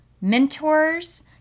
mentors